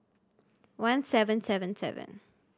one seven seven seven